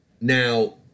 Now